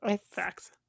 facts